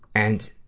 and,